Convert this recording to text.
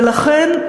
ולכן,